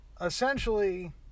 essentially